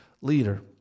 leader